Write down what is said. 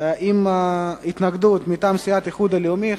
עם ההתנגדות מטעם סיעת האיחוד הלאומי.